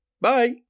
Bye